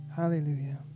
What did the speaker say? Hallelujah